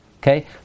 Okay